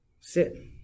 Sit